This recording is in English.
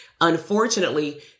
unfortunately